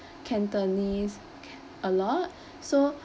cantonese a lot so